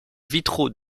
vitraux